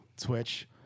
Twitch